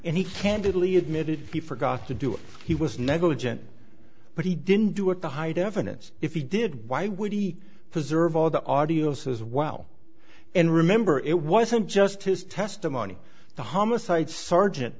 candidly admitted he forgot to do it he was negligent but he didn't do it to hide evidence if he did why would he preserve all the audios as well and remember it wasn't just his testimony the homicide sergeant